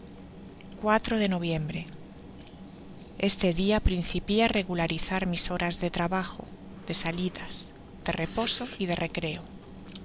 de noviembre este dia principié á regularizar mis horas de trabajo de salidas de reposo y de recreo